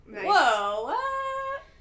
Whoa